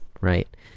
Right